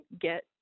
get